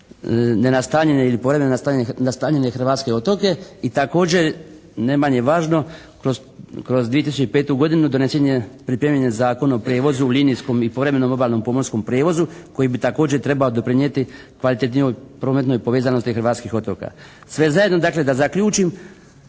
nenastanjene ili pojedine nastanjene hrvatske otoke i također ne manje važno, kroz 2005. godinu donesen je, pripremljen je Zakon o prijevozu u linijskom i povremeno obalnom pomorskom prijevozu koji bi također trebao doprinijeti kvalitetnijoj prometnoj povezanosti hrvatskih otoka. Sve zajedno dakle da zaključim,